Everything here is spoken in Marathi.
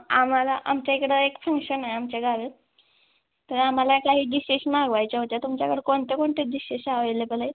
आम्हाला आमच्या इकडं एक फंक्शन आहे आमच्या घरात तर आम्हाला काही दिशेस मागवायच्या होत्या तुमच्याकडं कोणत्या कोणत्या दिशेस अवेलेबल आहेत